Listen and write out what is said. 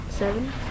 seven